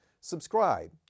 subscribe